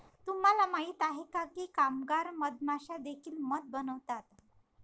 तुम्हाला माहित आहे का की कामगार मधमाश्या देखील मध बनवतात?